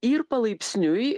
ir palaipsniui